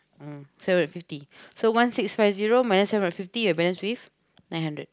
mm so is fifty so one six five zero minus seven hundred and fifty you are left with nine hundred